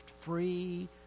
free